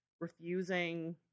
refusing